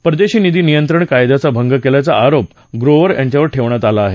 परदेशी निधी नियंत्रण कायद्याचा भंग केल्याचा आरोप ग्रोव्हर यांच्यावर ठेवण्यात आला आहे